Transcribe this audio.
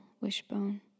wishbone